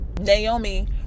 Naomi